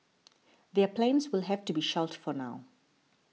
their plans will have to be shelved for now